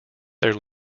their